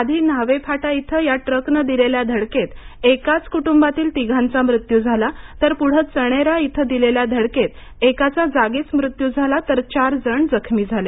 आधी न्हावे फाटा इथं या ट्रकनं दिलेल्या धडकेत एकाच कुटुंबातील तिघांचा मृत्यू झाला तर पुढं चणेरा इथ दिलेल्या धडकेत एकाचा जागीच मृत्यू झाला तर चार जण जखमी झाले